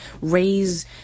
raise